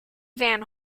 van